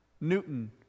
Newton